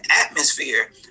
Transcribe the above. atmosphere